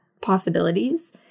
possibilities